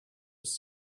was